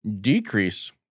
decrease